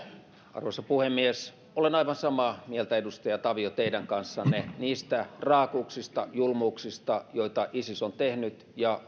arvoisa puhemies olen aivan samaa mieltä edustaja tavio teidän kanssanne niistä raakuuksista julmuuksista joita isis on tehnyt ja